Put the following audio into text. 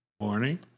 Morning